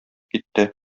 китте